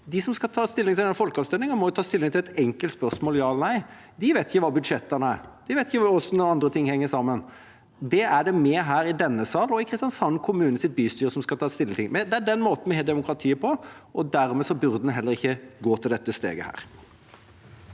De som skal ta stilling til folkeavstemningen, må ta stilling til et enkelt ja/nei-spørsmål. De vet ikke hva budsjettene er. De vet ikke hvordan andre ting henger sammen. Det er det vi her i denne sal og Kristiansand kommunes bystyre som skal ta stilling til. Det er den måten vi har demokratiet på, og dermed burde en heller ikke gå til dette steget.